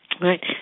Right